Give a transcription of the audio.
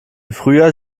frühjahr